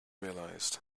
realized